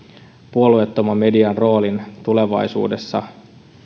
puolueettoman median roolin tulevaisuudessa